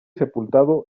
sepultado